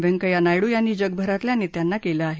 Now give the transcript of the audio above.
व्यंकय्या नायडू यांनी जगभरातल्या नेत्यांना केलं आहे